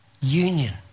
union